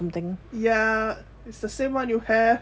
ya it's the same one you have